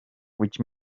which